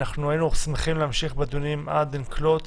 אנחנו היינו שמחים להמשיך בדיונים עד אין כלות,